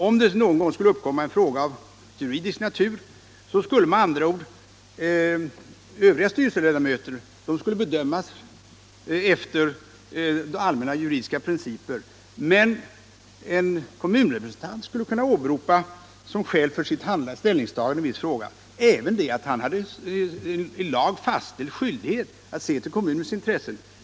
Om det någon gång skulle uppkomma en fråga om juridiskt ansvar skulle med andra ord övriga styrelseledamöter bedömas efter allmänna juridiska principer, medan en kommunrepresentant även skulle kunna åberopa som skäl för sitt ställningstagande att han hade en i lag fastställd skyldighet att se till kommunens intressen.